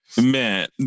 man